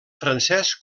francès